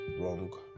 wrong